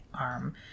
arm